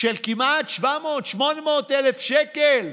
של כמעט 700,000, 800,000 שקל.